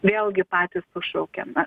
vėlgi patys sušaukėme